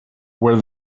where